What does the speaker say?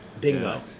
Bingo